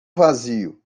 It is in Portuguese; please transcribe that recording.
vazio